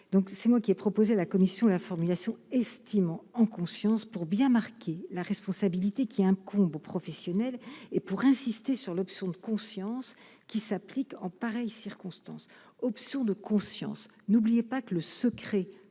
donc c'est moi qui ai proposé la Commission la formulation. Estimant en conscience pour bien marquer la responsabilité qui incombe aux professionnels et pour insister sur l'option de conscience qui s'applique en pareille circonstance, option de conscience, n'oubliez pas que le secret